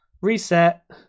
reset